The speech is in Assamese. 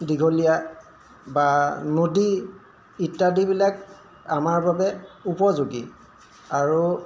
দীঘলীয়া বা নদী ইত্যাদিবিলাক আমাৰ বাবে উপযোগী আৰু